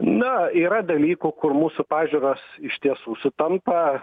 na yra dalykų kur mūsų pažiūros iš tiesų sutampa